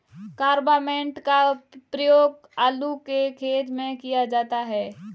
carbamate का प्रयोग आलू के खेत में किया जाता है